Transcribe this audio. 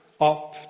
up